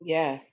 Yes